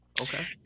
okay